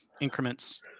increments